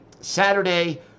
Saturday